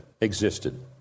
existed